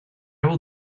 will